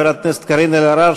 חברת הכנסת קארין אלהרר,